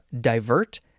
divert